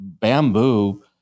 bamboo